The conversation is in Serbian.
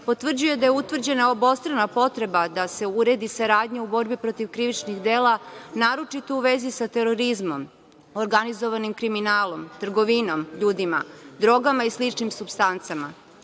potvrđuje da je utvrđena obostrana potreba da se uredi saradnja u borbi protiv krivičnih dela, naročito u vezi sa terorizmom, organizovanim kriminalom, trgovinom ljudima, drogama i sličnim supstancama. Izazovi